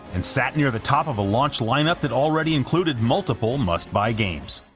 and sat near the top of a launch lineup that already included multiple must-buy games.